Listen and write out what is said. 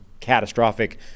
catastrophic